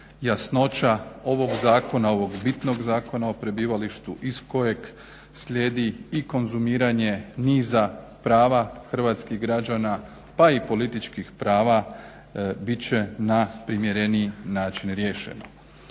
jasnoća ovog zakona ovog bitnog Zakona o prebivalištu iz kojeg slijedi i konzumiranje niza prava hrvatskih građana pa i političkih prava bit će na primjereniji način riješeno.